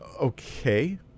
Okay